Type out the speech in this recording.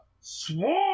Swarm